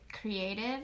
creative